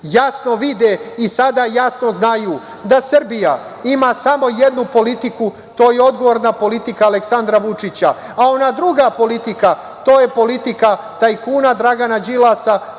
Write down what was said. jasno vide i sada jasno znaju da Srbija ima samo jednu politiku, a to je odgovorna politika Aleksandra Vučića, a ona druga politika, to je politika tajkuna Dragana Đilasa